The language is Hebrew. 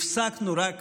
הפסקנו רק